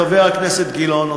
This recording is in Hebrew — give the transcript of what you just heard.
חבר הכנסת גילאון,